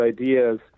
ideas